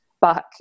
back